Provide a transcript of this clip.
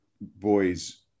boys